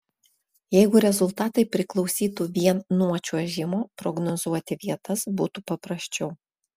jeigu rezultatai priklausytų vien nuo čiuožimo prognozuoti vietas būtų paprasčiau